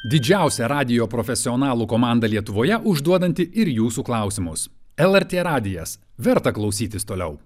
didžiausia radijo profesionalų komanda lietuvoje užduodanti ir jūsų klausimus lrt radijas verta klausytis toliau